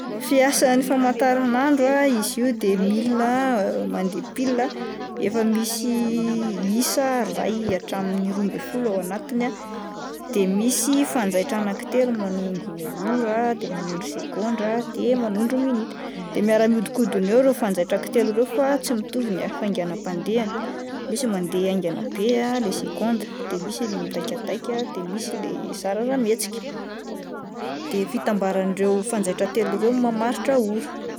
Fomba fiasan'ny famataran'andro ,izy io dia milina mandeha pilina, efa misy isa iray hatramin'ny roa ambin'ny folo ao anatiny ah de misy fanjaitra anky telo manondro ora de manondro segondra de manondro minitra, de miaraka mihodikodina eo ireo fanjaitra ankitelo ireo fa tsy mitovy ny hafanganam-pandehany misy mandeha aingana be le segondra de misy ilay midaikadaika de misy ilay zara raha mihetsika, de fitambaran'ireo fanjaitra telo ireo no mamaritra ora.